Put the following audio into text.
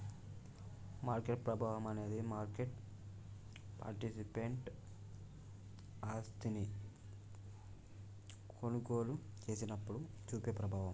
market ప్రభావం అనేది market participant ఆస్తిని కొనుగోలు చేసినప్పుడు చూపే ప్రభావం